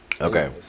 Okay